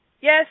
Yes